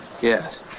Yes